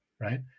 right